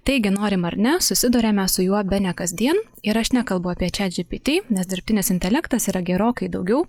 taigi norim ar ne susiduriame su juo bene kasdien ir aš nekalbu apie čat džipity nes dirbtinis intelektas yra gerokai daugiau